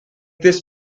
this